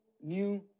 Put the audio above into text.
new